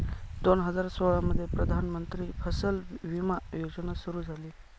दोन हजार सोळामध्ये प्रधानमंत्री फसल विमा योजना सुरू झाली